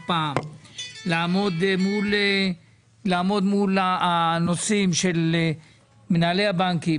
פעם לעמוד מול הנושאים של מנהלי הבנקים,